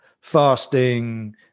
fasting